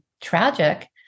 tragic